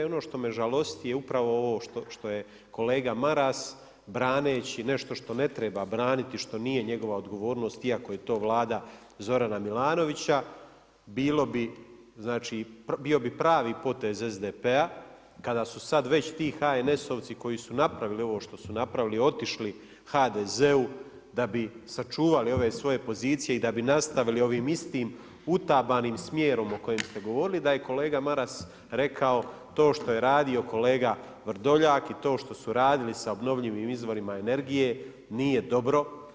I ono što me žalosti je upravo ovo što je kolega Maras braneći nešto što ne treba braniti, što nije njegova odgovornost iako je to Vlada Zorana Milanovića bilo bi, znači bio bi pravi potez SDP-a kada su sad već ti HNS-oci koji su napravili ovo što su napravili otišli HDZ-u da bi sačuvali ove svoje pozicije i da bi nastavili ovim istim utabanim smjerom o kojem ste govorili, da je kolega Maras rekao to što je radio kolega Vrdoljak i to što su radili sa obnovljivim izvorima energije nije dobro.